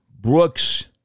Brooks